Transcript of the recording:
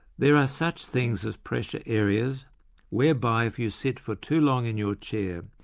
there are such things as pressure areas whereby if you sit for too long in your chair,